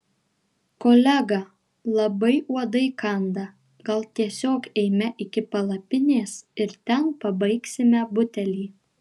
kolega labai uodai kanda gal tiesiog eime iki palapinės ir ten pabaigsime butelį